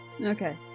Okay